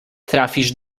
trafisz